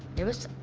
it was.